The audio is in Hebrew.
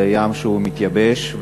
לים שמתייבש,